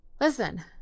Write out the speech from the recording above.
listen